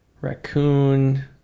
Raccoon